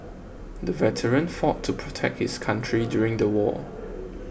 the veteran fought to protect his country during the war